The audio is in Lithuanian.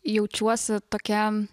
jaučiuosi tokia